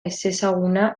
ezezaguna